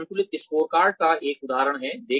यह संतुलित स्कोरकार्ड का एक उदाहरण है